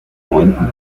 neunten